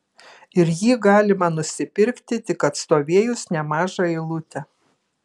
ir jį galima nusipirkti tik atstovėjus nemažą eilutę